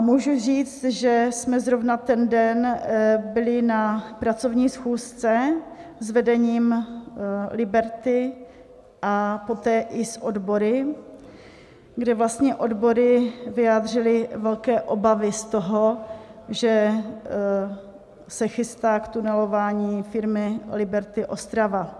Můžu říct, že jsme zrovna v ten den byli na pracovní schůzce s vedením Liberty a poté i s odbory, kde vlastně odbory vyjádřily velké obavy z toho, že se chystá k tunelování firmy Liberty Ostrava.